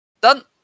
Done